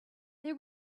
they